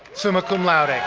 summa cum laude.